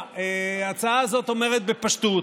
ההצעה הזאת אומרת בפשטות